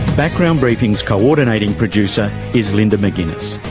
background briefing's co-ordinating producer is linda mcginness.